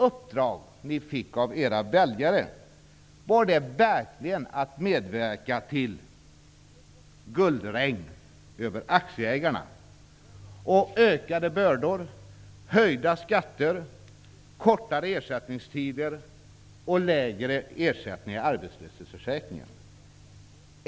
Fick ni verkligen i uppdrag av era väljare att medverka till ''guldregn'' över aktieägarna och ökade bördor, höjda skatter, kortare ersättningstider och lägre ersättningar i arbetslöshetsförsäkringen?